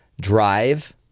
drive